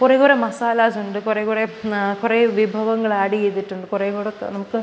കു റേ കുറേ മസാലാസ് ഉണ്ട് കുറേ കുറേ കുറേ വിഭവങ്ങൾ ആഡ് ചെയ്തിട്ടുണ്ട് കുറേ കൂടെയൊക്കെ നമുക്ക്